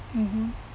mmhmm